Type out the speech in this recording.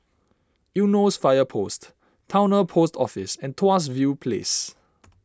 Eunos Fire Post Towner Post Office and Tuas View Place